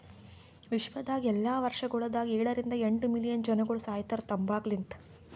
ವಿಶ್ವದಾಗ್ ಎಲ್ಲಾ ವರ್ಷಗೊಳದಾಗ ಏಳ ರಿಂದ ಎಂಟ್ ಮಿಲಿಯನ್ ಜನಗೊಳ್ ಸಾಯಿತಾರ್ ತಂಬಾಕು ಲಿಂತ್